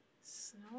Snow